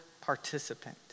participant